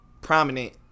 prominent